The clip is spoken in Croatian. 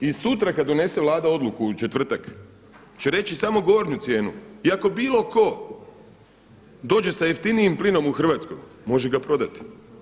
I sutra kad donese Vlada odluku u četvrtak će reći samo ugovorenu cijenu i ako bilo tko dođe sa jeftinijim plinom u Hrvatsku može ga prodati.